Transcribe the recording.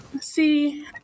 see